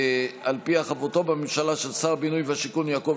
שעל פיה חברותו בממשלה של שר הבינוי והשיכון יעקב